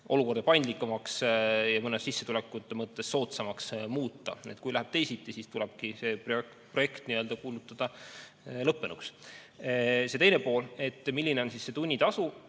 olukorda paindlikumaks ja sissetulekute mõttes soodsamaks muuta. Kui läheb teisiti, siis tulebki see projekt kuulutada lõppenuks. Küsimuse teine pool, milline on tunnitasu.